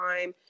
time